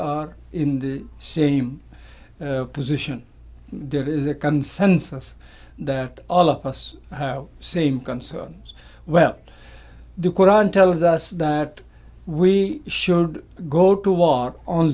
are in the same position there is a consensus that all of us have same concerns well the koran tells us that we should go to law on